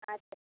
আচ্ছা